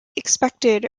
expected